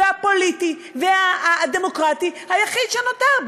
הפוליטי והדמוקרטי היחיד שנותר,